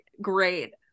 great